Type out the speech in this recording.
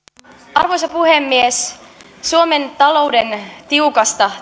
arvoisa puhemies suomen talouden tiukasta